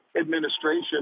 administration